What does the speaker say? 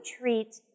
treat